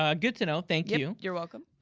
ah good to know, thank you. you're welcome.